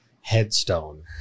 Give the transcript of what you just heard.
headstone